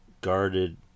guarded